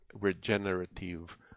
regenerative